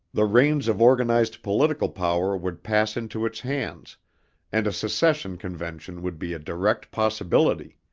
the reins of organized political power would pass into its hands and a secession convention would be a direct possibility.